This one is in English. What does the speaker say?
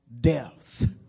death